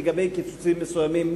לגבי קיצוצים מסוימים,